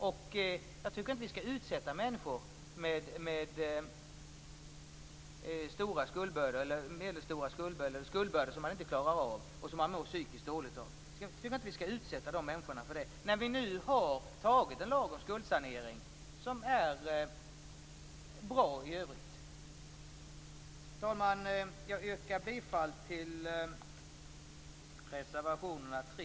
Jag tycker inte att vi skall utsätta människor med stora eller medelstora skuldbördor - skuldbördor som man inte klarar av och som man mår psykiskt dåligt av - för detta, när vi nu har antagit en lag om skuldsanering som är bra i övrigt. Herr talman! Jag yrkar bifall till reservationerna 3